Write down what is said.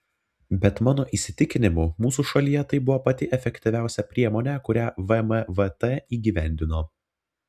bet mano įsitikinimu mūsų šalyje tai buvo pati efektyviausia priemonė kurią vmvt įgyvendino